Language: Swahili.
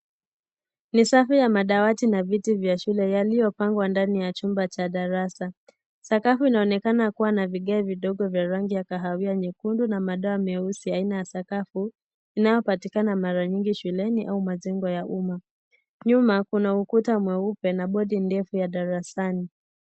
Ni safu ya madawati na viti vya shule yaliyopangwa ndani ya chumba cha darasa. Sakafu inaonekana kuwa na vigae vidogo vya rangi ya kahawia na madoa meusi aina ya sakafu inayopatikana mara nyingi shuleni au majengo ya umma. Nyuma kuna ukuta mweupe na bodi ndefu ya darasani.